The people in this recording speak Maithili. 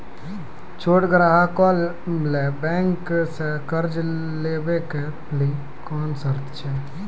छोट ग्राहक कअ बैंक सऽ कर्ज लेवाक लेल की सर्त अछि?